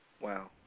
Wow